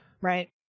Right